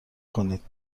کنید